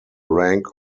rank